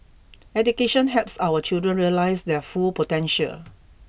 education helps our children realise their full potential